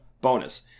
bonus